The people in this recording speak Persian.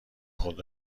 خود